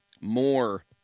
More